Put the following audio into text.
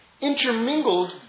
intermingled